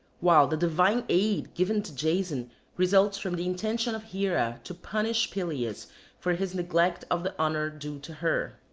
while the divine aid given to jason results from the intention of hera to punish pelias for his neglect of the honour due to her.